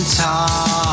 talk